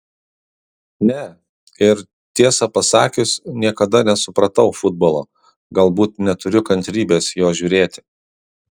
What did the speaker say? ne ir tiesą pasakius niekada nesupratau futbolo galbūt neturiu kantrybės jo žiūrėti